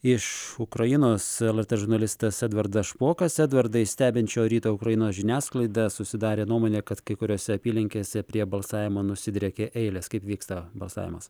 iš ukrainos lrt žurnalistas edvardas špokas edvardai stebinčio ryto ukrainos žiniasklaidą susidarė nuomonė kad kai kuriose apylinkėse prie balsavimo nusidriekė eilės kaip vyksta balsavimas